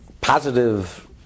positive